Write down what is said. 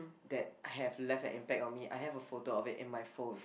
that have left an impact on me I have a photo of it in my phone